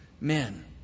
men